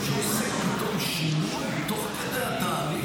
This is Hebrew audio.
אתה יודע מה,